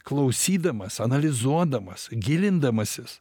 klausydamas analizuodamas gilindamasis